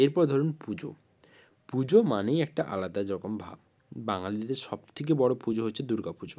এরপরে ধরুন পুজো পুজো মানেই একটা আলাদা রকমভাব বাঙালিদের সব থেকে বড় পুজো হচ্ছে দূর্গা পুজো